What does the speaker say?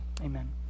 Amen